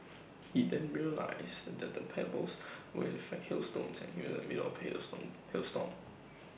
he then realised that the 'pebbles' were in fact hailstones and he was in the middle of hail storm hail storm